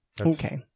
okay